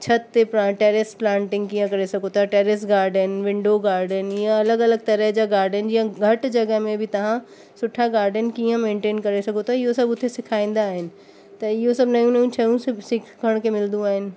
छित ते प्ला टैरिस प्लांटिंग कीअं करे सघो ता टैरिस गार्डन विंडो गार्डन ईअं अलॻि अलॻि तरह जा गार्डन जीअं घटि जॻह में बि तव्हां सुठा गार्डन कीअं मैंटेन करे सघो था इहो सभु उते सिखाईंदा आहिनि त इहो सभु नयू नयू शयूं सभु सिखण खे मिलदियूं आहिनि